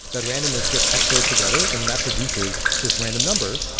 that randomness gets xored together and then that produces this random number.